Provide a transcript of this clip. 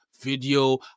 video